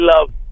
love